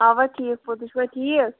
اَوا ٹھیٖک پٲٹھۍ تُہۍ چھُوا ٹھیٖک